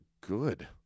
good